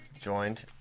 joined